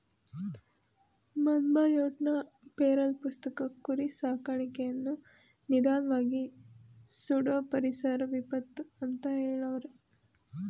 ಮೊನ್ಬಯೋಟ್ನ feral ಪುಸ್ತಕ ಕುರಿ ಸಾಕಾಣಿಕೆಯನ್ನು ನಿಧಾನ್ವಾಗಿ ಸುಡೋ ಪರಿಸರ ವಿಪತ್ತು ಅಂತ ಹೆಳವ್ರೆ